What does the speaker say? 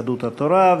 יהדות התורה,